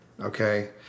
Okay